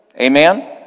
Amen